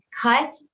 cut